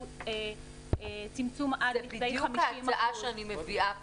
שהוא צמצום עד לכדי 50%. זה בדיוק ההצעה שאני מביאה פה.